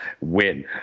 Win